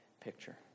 picture